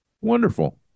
Wonderful